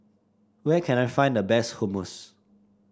where can I find the best Hummus